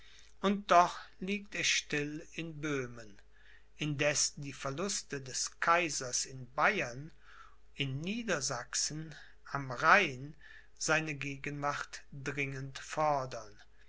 und doch liegt er still in böhmen indeß die verluste des kaisers in bayern in niedersachsen am rhein seine gegenwart dringend fordern